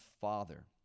Father